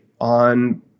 on